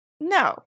no